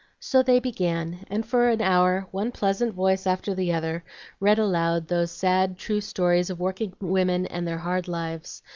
so they began, and for an hour one pleasant voice after the other read aloud those sad, true stories of workingwomen and their hard lives,